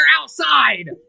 outside